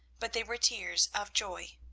but they were tears of joy.